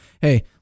hey